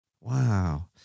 wow